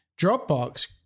Dropbox